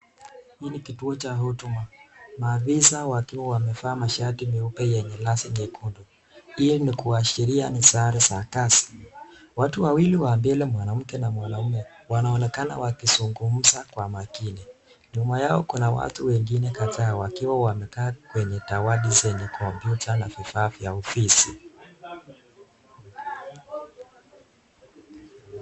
Hiki ni kituo cha huduma, maafisa wakiwa wamevaa mashati nyeupe zenye lazi nyekundu. Hii ni kuashiria ni sare za kazi. Watu wawili mbele yao mwanamke na mwanaume, wanaonekana wakizungumza kwa maakini nyuma yao kuna watu wengine kadhaa wakiwa wamekaa kwenye dawati zenye kompyuta na vifaa vya ofisi.